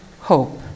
hope